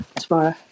tomorrow